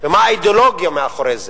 ומה האידיאולוגיה מאחורי זה.